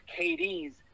KD's